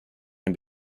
can